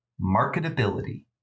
marketability